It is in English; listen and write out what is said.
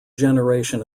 generation